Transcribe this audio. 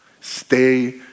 Stay